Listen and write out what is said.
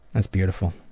that's beautiful.